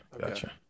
gotcha